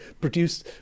produce